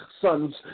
sons